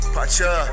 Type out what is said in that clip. Pacha